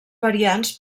variants